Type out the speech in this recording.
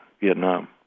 Vietnam